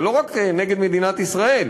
זה לא רק נגד מדינת ישראל